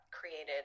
created